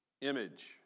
image